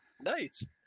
Nice